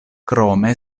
krome